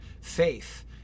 Faith